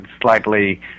slightly